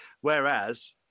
whereas